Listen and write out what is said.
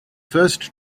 first